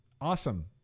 awesome